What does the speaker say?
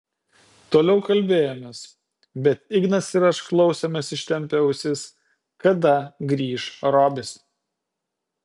toliau kalbėjomės bet ignas ir aš klausėmės ištempę ausis kada grįš robis